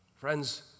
Friends